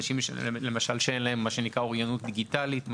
אנשים שאין להם מה שנקרא אוריינות דיגיטלית מספקת.